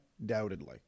undoubtedly